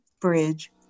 bridge